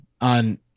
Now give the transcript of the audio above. on